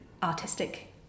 artistic